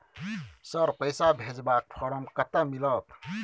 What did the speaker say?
Sir, पैसा भेजबाक form कत्ते मिलत?